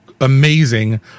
amazing